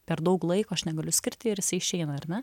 per daug laiko aš negaliu skirti ir jisai išeina ar ne